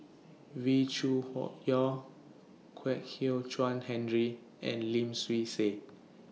Wee Cho Yaw Kwek Hian Chuan Henry and Lim Swee Say